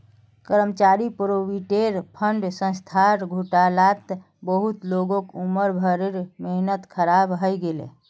कर्मचारी provident fund संस्थार घोटालात बहुत लोगक उम्र भरेर मेहनत ख़राब हइ गेले